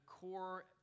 core